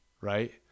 right